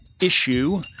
Issue